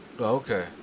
okay